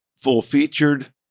full-featured